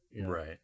Right